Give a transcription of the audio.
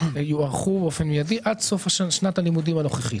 יוארכו באופן מיידי עד סוף שנת הלימודים הנוכחית.